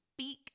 speak